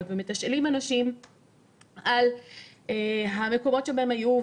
ומתשאלים אנשים על המקומות שבהם הם היו,